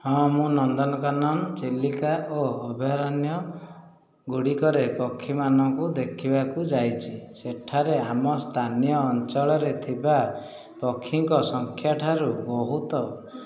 ହଁ ମୁଁ ନନ୍ଦନକାନନ ଚିଲିକା ଓ ଅଭୟାରଣ୍ୟଗୁଡ଼ିକରେ ପକ୍ଷୀମାନଙ୍କୁ ଦେଖିବାକୁ ଯାଇଛି ସେଠାରେ ଆମ ସ୍ଥାନୀୟ ଅଞ୍ଚଳରେ ଥିବା ପକ୍ଷୀଙ୍କ ସଂଖ୍ୟା ଠାରୁ ବହୁତ